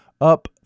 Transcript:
up